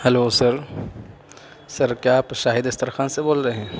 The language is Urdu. ہلو سر سر کیا آپ شاہی دسترخوان سے بول رہے ہیں